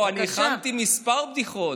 הכנתי כמה בדיחות,